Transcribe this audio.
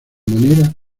manera